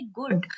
good